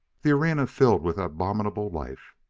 the arena filled with abominable life.